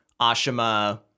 Ashima